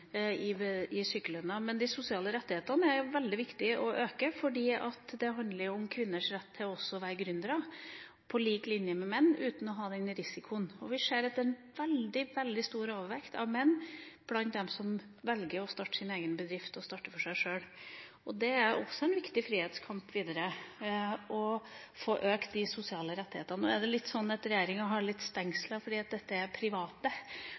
arbeidsgiverbetalte tida i sykelønna, men det er veldig viktig å øke de sosiale rettighetene, for det handler om kvinners rett til også å være gründere, på lik linje med menn, uten å ha den risikoen. Vi ser at det er en veldig stor overvekt av menn blant dem som velger å starte sin egen bedrift, å starte for seg sjøl. Det er også en viktig frihetskamp videre å få økt de sosiale rettighetene. Nå er det slik at regjeringa har noen stengsler fordi dette er private,